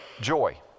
joy